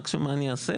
מקסימום מה אני אעשה?